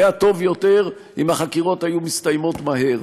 היה טוב יותר אם החקירות היו מסתיימות מהר,